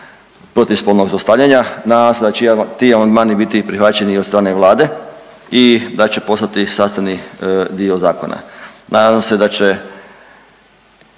protiv spolnog zlostavljanja. Nadam se da će ti amandmani biti i prihvaćeni od strane Vlade i da će postati sastavni dio zakona. Nadam se da će